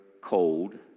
cold